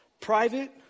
Private